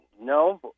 no